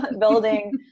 building